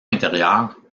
intérieures